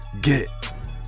get